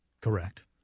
Correct